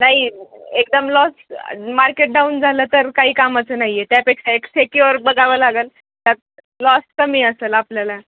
काही एकदम loss market down झालं तर काही कामचं नाही आहे त्यापेक्षा एक सेक्युअर बघावं लागंल त्यात लॉस कमी असेल आपल्याला